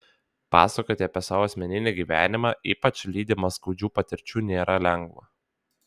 pasakoti apie savo asmeninį gyvenimą ypač lydimą skaudžių patirčių nėra lengva